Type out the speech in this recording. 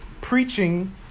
preaching